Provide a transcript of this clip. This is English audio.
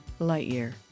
Lightyear